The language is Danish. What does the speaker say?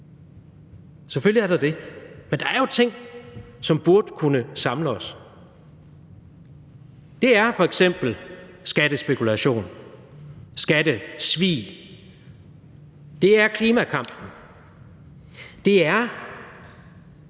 selvfølgelig er der det, men der er jo ting, som burde kunne samle os. Det er f.eks. skattespekulation, skattesvig; det er klimakampen; det er